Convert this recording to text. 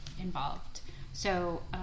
involved—so